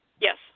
Yes